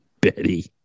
Betty